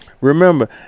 Remember